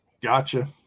gotcha